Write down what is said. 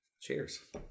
Cheers